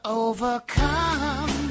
overcome